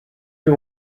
you